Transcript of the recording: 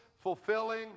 fulfilling